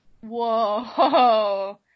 Whoa